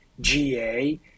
GA